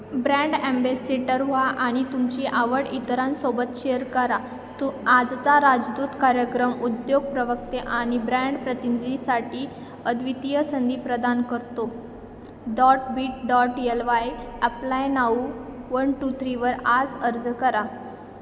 brand ambassador व्हा आणि तुमची आवड इतरांसोबत शेअर करा तू आजचा राजदूत कार्यक्रम उद्योग प्रवक्ते आणि ब्रँड प्रतिनिधीसाठी अद्वितीय संधी प्रदान करतो dot bit dot L Y apply now one two थ्रीवर आज अर्ज करा